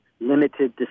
limited